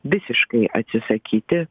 visiškai atsisakyti